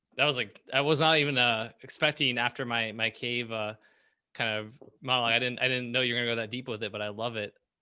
that was like, i was not even, ah expecting and after my my cave ah kind of model. i i didn't, i didn't know you're going to go that deep with it, but i love it.